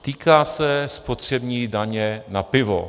Týká se spotřební daně na pivo.